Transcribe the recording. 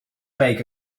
make